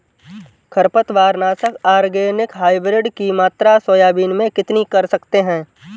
खरपतवार नाशक organic hybrid की मात्रा सोयाबीन में कितनी कर सकते हैं?